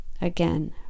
Again